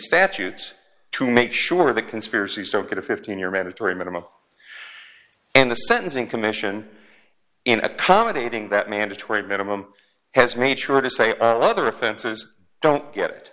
statute to make sure that conspiracies don't get a fifteen year mandatory minimum and the sentencing commission in accommodating that mandatory minimum has made sure to say other offenses don't get it